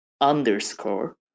underscore